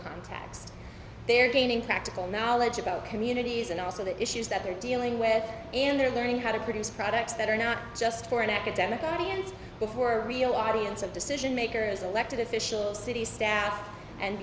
contacts they're gaining practical knowledge about communities and also the issues that they're dealing with and they're learning how to produce products that are not just for an academic audience before a real audience of decision makers elected officials city staff and